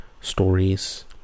stories